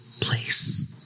place